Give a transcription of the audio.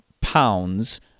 pounds